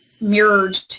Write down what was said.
mirrored